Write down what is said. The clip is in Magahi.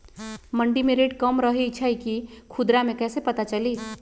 मंडी मे रेट कम रही छई कि खुदरा मे कैसे पता चली?